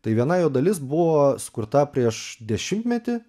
tai viena jo dalis buvo sukurta prieš dešimtmetį